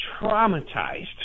traumatized